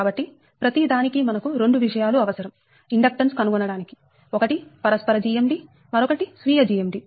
కాబట్టి ప్రతిదానికీ మనకు రెండు విషయాలు అవసరం ఇండక్టెన్స్ కనుగొనడానికి ఒకటి పరస్పర GMD మరొకటి స్వీయ GMD